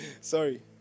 Sorry